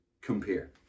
compare